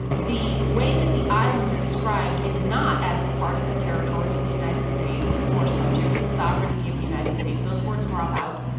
the way that the islands are described is not as part of the territory of the united states or subject to the sovereignty of the united states. those words drop out.